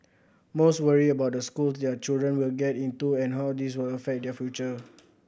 most worry about the schools their children will get into and how this will affect their future